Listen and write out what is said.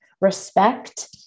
respect